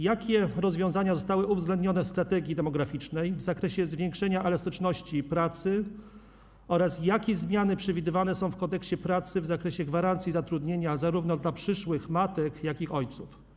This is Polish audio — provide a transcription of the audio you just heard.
Jakie rozwiązania zostały uwzględnione w „Strategii demograficznej 2040” w zakresie zwiększenia elastyczności pracy oraz jakie zmiany przewidywane są w Kodeksie pracy w zakresie gwarancji zatrudnienia zarówno dla przyszłych matek, jak i ojców?